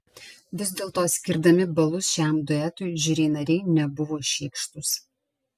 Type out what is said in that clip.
vis dėlto skirdami balus šiam duetui žiuri nariai nebuvo šykštūs